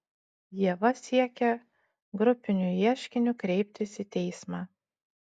ieva siekia grupiniu ieškiniu kreiptis į teismą